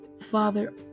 Father